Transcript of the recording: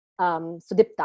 Sudipta